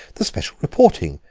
the special reporting,